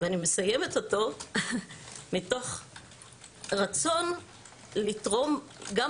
ואני מסיימת אותו מתוך רצון לתרום גם